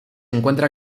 encuentra